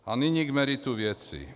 A nyní k meritu věci.